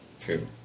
True